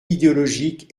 idéologique